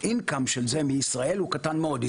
ה-income של זה מישראל הוא קטן מאוד.